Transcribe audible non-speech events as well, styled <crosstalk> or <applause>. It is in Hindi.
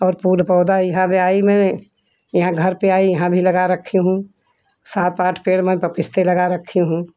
और फूल पौधा यहाँ पर आई में यहाँ घर पर आई यहाँ भी लगा रखी हूँ सात आठ पेड़ मैं <unintelligible> लगा रखी हूँ